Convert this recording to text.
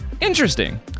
interesting